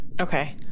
Okay